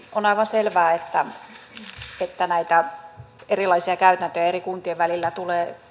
on aivan selvää että näitä erilaisia käytäntöjä eri kuntien välillä tulee